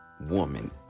woman